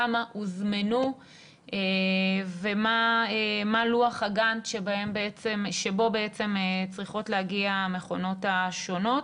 כמה הוזמנו ומה לוח הזמן שבו צריכות להגיע המכונות השונות.